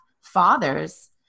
fathers